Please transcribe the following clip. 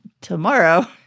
tomorrow